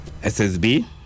SSB